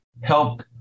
help